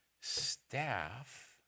staff